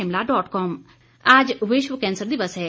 विश्व कैंसर दिवस आज विश्व कैंसर दिवस है